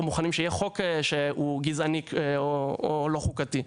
מוכנים שיהיה חוק שהוא גזעני או לא חוקתי,